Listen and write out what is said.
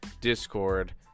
discord